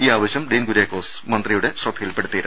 ഈ ആവശ്യം ഡീൻ കുര്യാക്കോസ് മന്ത്രിയുടെ ശ്രദ്ധയിൽപെടുത്തിയിരുന്നു